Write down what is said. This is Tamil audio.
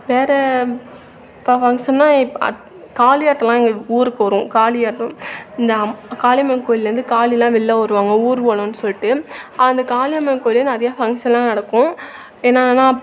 வேறே இப்போ சின்ன வயசு காளியாட்டலாம் எங்கள் ஊருக்கு வரும் காளியாட்டம் இந்த அம் காளியம்மன் கோவில்லருந்து காளிலாம் வெளியில் வருவாங்க ஊர்வலோன்னு சொல்லிட்டு அந்த காளியம்மன் கோவில்லே நிறைய ஃபங்க்ஷன்லாம் நடக்கும் என்னெனன்னா